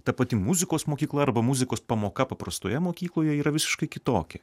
ta pati muzikos mokykla arba muzikos pamoka paprastoje mokykloje yra visiškai kitokia